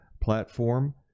platform